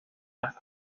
las